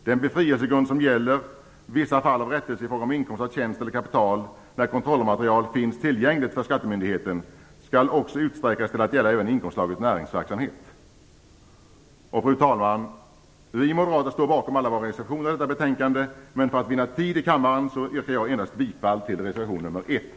Den befrielsegrund som gäller vissa fall av rättelse i fråga om inkomst av tjänst eller kapital när kontrollmaterial finns tillgängligt för skattemyndigheten skall också utsträckas till att gälla inkomstslaget näringsverksamhet. Fru talman! Vi moderater står bakom alla våra reservationer i detta betänkande. Men för att vinna tid i kammaren yrkar jag endast bifall till reservation nr 1.